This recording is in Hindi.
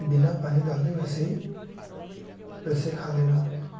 बिना पानी डाले वैसे ही वैसे खा लेना